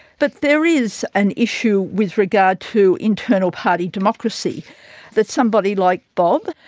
but there is an issue with regard to internal party democracy that somebody like bob.